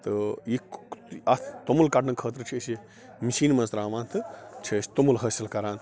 تہٕ یہِ اَتھ توٚمُل کڑنہٕ خٲطرٕ چھِ أسۍ یہِ مِشینہِ منٛز تَراوان تہٕ چھِ أسۍ توٚمُل حٲصل کَران